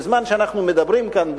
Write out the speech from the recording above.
בזמן שאנחנו מדברים כאן במליאה,